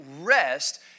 rest